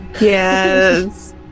yes